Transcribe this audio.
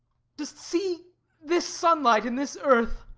dost see this sunlight and this earth?